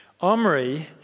Omri